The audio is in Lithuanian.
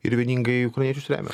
ir vieningai ukrainiečius remia